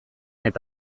eta